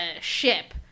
ship